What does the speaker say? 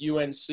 UNC